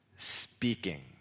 speaking